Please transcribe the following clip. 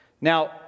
Now